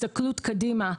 ההסתכלות קדימה,